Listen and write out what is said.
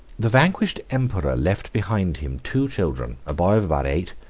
the vanquished emperor left behind him two children, a boy of about eight,